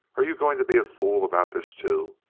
are you going to be a fool about this, too?